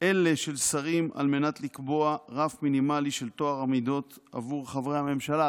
אלה של שרים על מנת לקבוע רף מינימלי של טוהר המידות עבור חברי הממשלה?